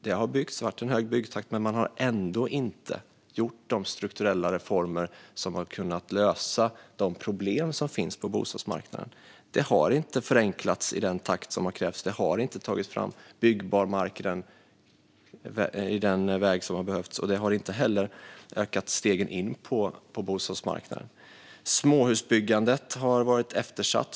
Det har byggts i hög takt, men man har ändå inte genomfört de strukturella reformer som hade kunnat lösa problemen på bostadsmarknaden. Det har inte förenklats i den takt som krävts, det har inte tagits fram byggbar mark i den omfattning som behövts och stegen in på bostadsmarknaden har inte förbättrats. Småhusbyggandet har också varit eftersatt.